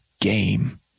game